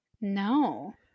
No